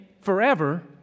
forever